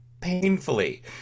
painfully